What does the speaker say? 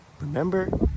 Remember